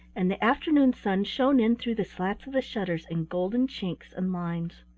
and the afternoon sun shone in through the slats of the shutters in golden chinks and lines.